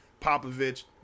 Popovich